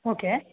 okay